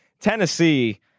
Tennessee